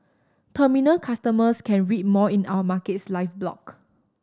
terminal customers can read more in our Markets Live blog